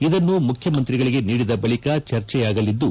ಇದನ್ನು ಮುಖ್ಯಮಂತ್ರಿಗಳಗೆ ನೀಡಿದ ಬಳಕ ಚರ್ಚೆಯಾಗಲಿದ್ದು